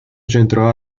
centro